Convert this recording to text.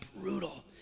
brutal